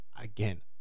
Again